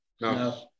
No